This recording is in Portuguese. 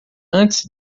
antes